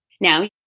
Now